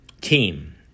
team